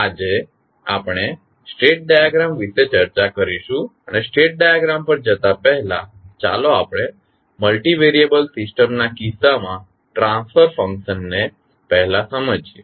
આજે આપણે state diagram વિશે ચર્ચા કરીશું અને સ્ટેટ ડાયાગ્રામ પર જતા પહેલાં ચાલો આપણે મલ્ટિ વેરિયેબલ સિસ્ટમ ના કિસ્સામાં ટ્રાન્સફર ફંક્શન ને પહેલા સમજીએ